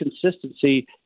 consistency